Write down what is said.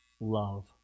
love